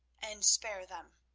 and spare them.